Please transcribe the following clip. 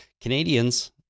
Canadians